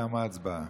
תמה ההצבעה.